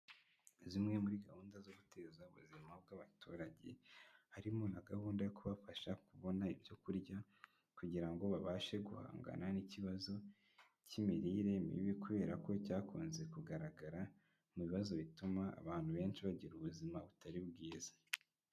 Zimwe muri gahunda zo guteza ubuzima bw'abaturage harimo na gahunda yo kubafasha kubona ibyo kurya, kugira ngo babashe guhangana n'ikibazo cy'imirire mibi kubera ko cyakunze kugaragara mu bibazo bituma abantu benshi bagira ubuzima butari bwiza.